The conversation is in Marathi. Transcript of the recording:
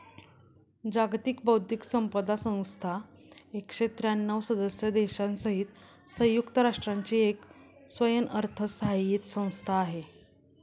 जागतिक बौद्धिक संपदा संस्था एकशे त्र्यांणव सदस्य देशांसहित संयुक्त राष्ट्रांची एक स्वयंअर्थसहाय्यित संस्था आहे